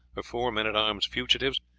her four men-at-arms fugitives,